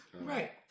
Right